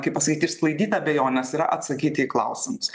kaip pasakyt išsklaidyt abejones yra atsakyti į klausimus